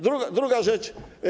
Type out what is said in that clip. Druga rzecz.